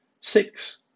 Six